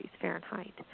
Fahrenheit